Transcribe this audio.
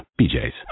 BJ's